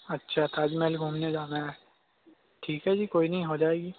اچھا تاج محل گُھومنے جانا ہے ٹھیک ہے جی کوئی نہیں ہو جائے گی